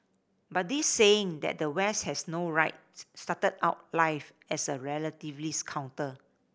but this saying that the West has no right started out life as a relativist counter